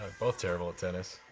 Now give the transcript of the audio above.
ah both terrible at tennis.